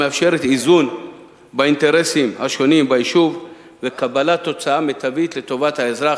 המאפשרת איזון באינטרסים השונים ביישוב וקבלת תוצאה מיטבית לטובת האזרח,